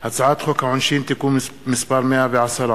הצעת חוק העונשין (תיקון מס' 110),